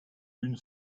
une